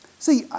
See